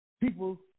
people